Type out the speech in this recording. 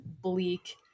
bleak